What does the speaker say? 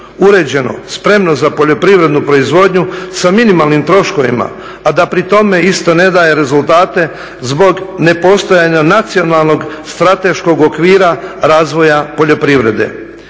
uređeno, spremno za poljoprivrednu proizvodnju sa minimalnim troškovima a da pri tome isto ne daje rezultate zbog ne postojanja nacionalnog strateškog okvira razvoja poljoprivrede.